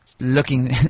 Looking